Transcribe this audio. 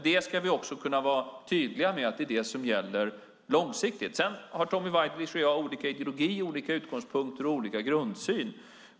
Det ska vi också kunna vara tydliga med, att det är det som gäller långsiktigt. Sedan har Tommy Waidelich och jag olika ideologier, olika utgångspunkter och olika grundsyn.